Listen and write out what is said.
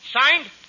Signed